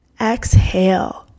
exhale